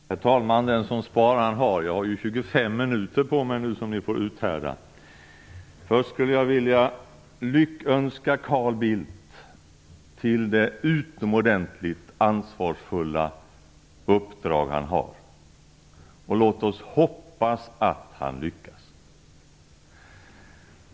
Herr talman! Den som spar den har. Jag har 25 minuter på mig nu, som ni får uthärda. Först skulle jag vilja lyckönska Carl Bildt till det utomordentligt ansvarsfulla uppdrag han har. Låt oss hoppas att han lyckas.